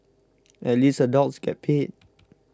at least adults get paid